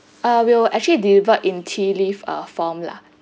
uh we will actually deliver in tea leaf uh form lah